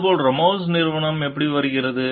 அதுபோல ராமோஸின் நிறுவனம் எப்படி வருகிறது